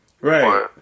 Right